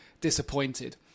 disappointed